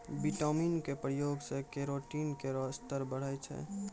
vitamin क प्रयोग सें केरोटीन केरो स्तर बढ़ै छै